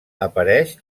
apareix